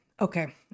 Okay